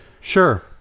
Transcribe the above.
Sure